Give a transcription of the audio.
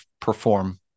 perform